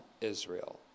Israel